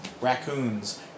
Raccoons